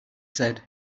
said